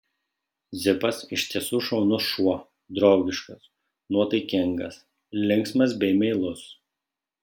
zipas iš tiesų šaunus šuo draugiškas nuotaikingas linksmas bei meilus